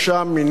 הפקר.